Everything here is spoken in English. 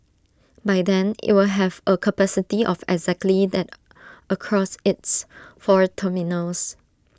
by then IT will have A capacity of exactly that across its four terminals